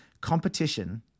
competition